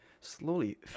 slowly